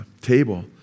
table